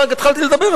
רק התחלתי לדבר,